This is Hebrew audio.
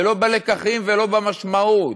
ולא בלקחים ולא במשמעות.